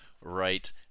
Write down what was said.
right